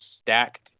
stacked